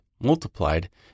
multiplied